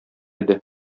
иде